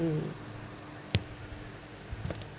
mm